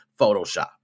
Photoshop